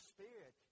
Spirit